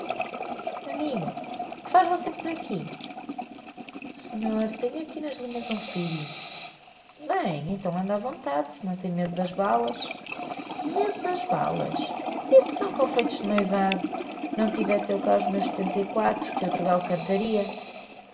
amigo que faz você por aqui senhor tenho aqui nas linhas um filho bem então ande á vontade se não tem medo das balas medo das balas isso são confeitos de noivado não tivesse eu cá os meus setenta e quatro que outro gallo cantaria